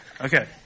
Okay